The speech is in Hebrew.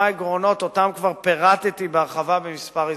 עקרונות שכבר פירטתי בהרחבה בכמה הזדמנויות: